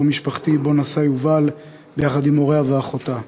המשפחתי שבו נסעה יובל ביחד עם הוריה ואחותה.